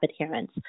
adherence